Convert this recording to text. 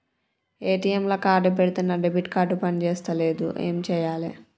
ATM లా card పెడితే నా డెబిట్ కార్డ్ పని చేస్తలేదు ఏం చేయాలే?